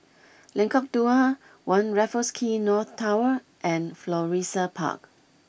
Lengkok Dua One Raffles Quay North Tower and Florissa Park